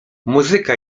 muzyka